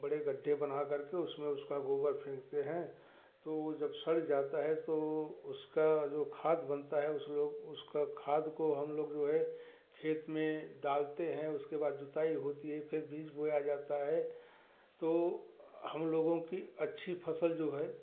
बड़े गड्ढे बना कर के उसमें उसका गोबर फेंकते हैं तो वह जब सड़ जाता है तो उसका जो खाद बनता है उसमें उसका खाद को हम लोग जो है खेत में डालते हैं उसके बाद जोताई होती है फिर बीज बोया जाता है तो हम लोगों की अच्छी फसल जो है